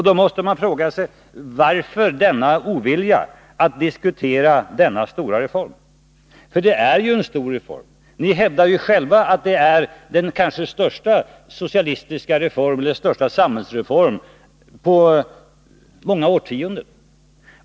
Då måste man fråga sig: Varför denna ovilja att diskutera denna stora reform? För det är en stor reform. Ni hävdar själva att det kanske är den största samhällsreformen på många årtionden.